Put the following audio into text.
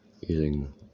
using